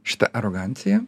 šita arogancija